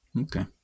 Okay